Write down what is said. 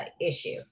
issue